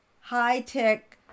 high-tech